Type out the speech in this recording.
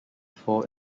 four